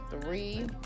three